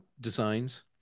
designs